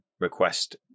request